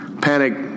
Panic